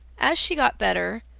as she got better,